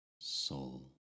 soul